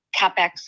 CapEx